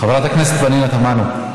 חברת הכנסת פנינה תמנו.